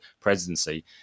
presidency